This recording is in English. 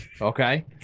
Okay